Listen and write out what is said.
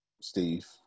Steve